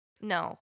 No